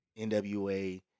NWA